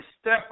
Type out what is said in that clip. step